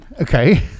Okay